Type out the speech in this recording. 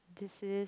this is